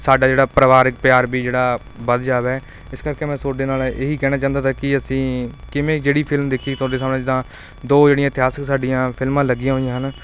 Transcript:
ਸਾਡਾ ਜਿਹੜਾ ਪਰਿਵਾਰਿਕ ਪਿਆਰ ਵੀ ਜਿਹੜਾ ਵੱਧ ਜਾਵੇ ਇਸ ਕਰਕੇ ਮੈਂ ਤੁਹਾਡੇ ਨਾਲ ਇਹੀ ਕਹਿਣਾ ਚਾਹੁੰਦਾ ਤਾਂ ਕਿ ਅਸੀਂ ਕਿਵੇਂ ਜਿਹੜੀ ਫਿਲਮ ਦੇਖੀ ਤੁਹਾਡੇ ਸਾਹਮਣੇ ਜਿੱਦਾਂ ਦੋ ਜਿਹੜੀਆਂ ਇਤਿਹਾਸਿਕ ਸਾਡੀਆਂ ਫਿਲਮਾਂ ਲੱਗੀਆਂ ਹੋਈਆਂ ਹਨ